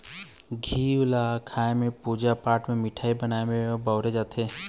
घींव ल खाए म, पूजा पाठ म, मिठाई बनाए म बउरे जाथे